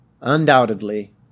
undoubtedly